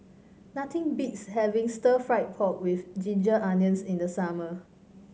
nothing beats having stir fry pork with Ginger Onions in the summer